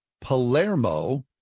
Palermo